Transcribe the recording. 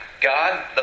God